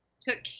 took